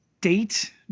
date